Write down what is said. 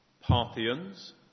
Parthians